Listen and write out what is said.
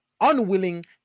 unwilling